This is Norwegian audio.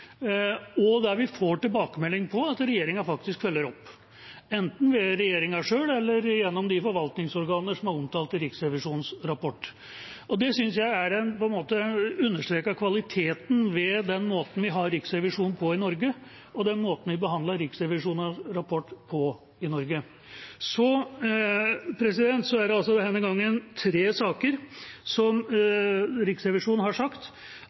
og der får tilbakemelding om at regjeringa faktisk følger opp, enten ved regjeringa selv eller ved de forvaltingsorganer som er omtalt i Riksrevisjonens rapport. Det synes jeg understreker kvaliteten ved den måten vi har riksrevisjon på i Norge, og den måten vi behandler Riksrevisjonens rapporter på i Norge. Så er det denne gangen tre saker Riksrevisjonen har sagt